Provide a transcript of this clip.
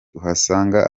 uhasanga